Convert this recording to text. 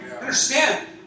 Understand